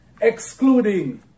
excluding